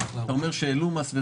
אתה אומר שהעלו מס,